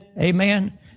Amen